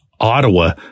Ottawa